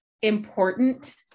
important